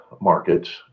markets